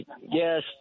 Yes